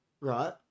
right